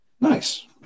nice